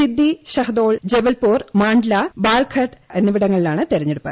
സിദ്ധി ഷഹദോൾ ജബൽപൂർ മാണ്ട്ല ബാലഘട്ട് ചിന്ദ്വാര എന്നിവിടങ്ങളിലാണ് തെരഞ്ഞെടുപ്പ്